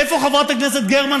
איפה חברת הכנסת גרמן,